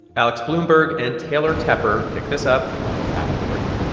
alex blumberg and taylor tepper pick this up after the break